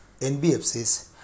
NBFCs